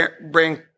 Bring